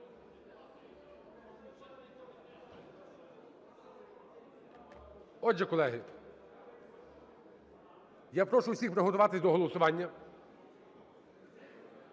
Отже, колеги, я прошу усіх приготуватись до голосування.